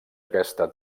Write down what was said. aquesta